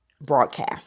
broadcast